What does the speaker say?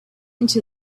into